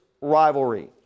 rivalry